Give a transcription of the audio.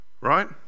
Right